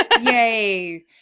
Yay